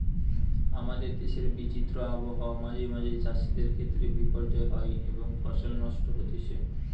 আমাদের দেশের বিচিত্র আবহাওয়া মাঁঝে মাঝে চাষিদের ক্ষেত্রে বিপর্যয় হয় এবং ফসল নষ্ট হতিছে